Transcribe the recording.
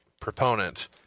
proponent